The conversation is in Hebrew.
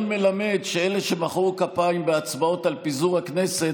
מלמד שאלה שמחאו כפיים בהצבעות על פיזור הכנסת,